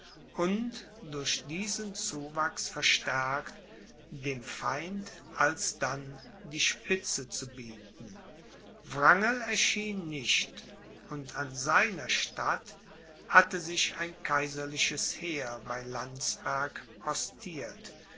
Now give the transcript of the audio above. und durch diesen zuwachs verstärkt dem feind alsdann die spitze zu bieten wrangel erschien nicht und an seiner statt hatte sich ein kaiserliches heer bei landsberg postiert